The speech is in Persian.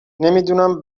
نمیدونم